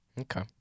Okay